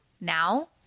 now